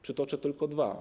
Przytoczę tylko dwa.